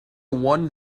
one